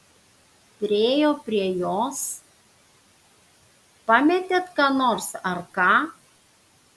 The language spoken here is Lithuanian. priėjo prie jos pametėt ką nors ar ką